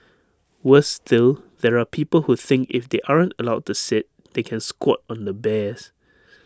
worse still there are people who think if they aren't allowed to sit they can squat on the bears